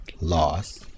loss